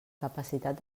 capacitat